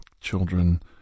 children